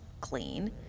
clean